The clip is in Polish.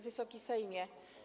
Wysoki Sejmie!